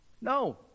No